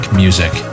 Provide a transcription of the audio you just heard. music